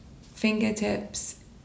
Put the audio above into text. fingertips